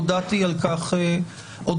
הודעתי על כך מראש.